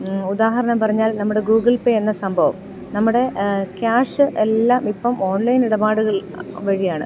ഉദാഹരണം പറഞ്ഞാൽ നമ്മുടെ ഗൂഗിൾ പേ എന്ന സംഭവം നമ്മുടെ ക്യാഷ് എല്ലാം ഇപ്പം ഓൺലൈൻ ഇടപാടുകൾ വഴിയാണ്